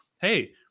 Hey